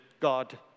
god